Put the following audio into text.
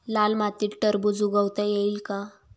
लाल मातीत टरबूज उगवता येईल का?